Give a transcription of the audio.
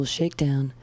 Shakedown